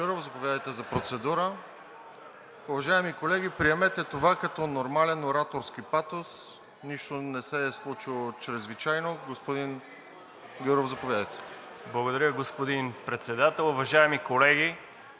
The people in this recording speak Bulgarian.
Благодаря, господин Председател.